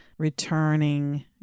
returning